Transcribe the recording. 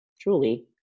truly